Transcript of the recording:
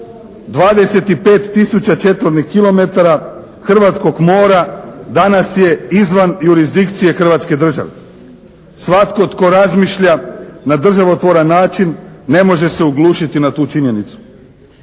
tisuća četvornih kilometara hrvatskog mora danas je izvan jurisdikcije Hrvatske države. Svatko tko razmišlja na državotvoran način ne može se oglušiti na tu činjenicu.